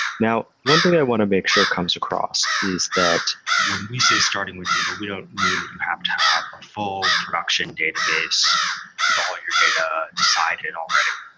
now, one thing i want to make sure comes across is that when we say starting with data, we don't mean that you have to have a full production database with all your data decided already.